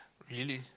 really